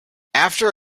after